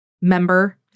member